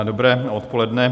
Dobré odpoledne.